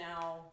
now